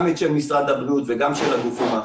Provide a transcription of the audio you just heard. גם של משרד הבריאות וגם של הגופים האחרים.